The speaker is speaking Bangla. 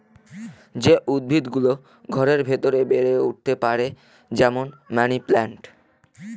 যে উদ্ভিদ গুলো ঘরের ভেতরে বেড়ে উঠতে পারে, যেমন মানি প্লান্ট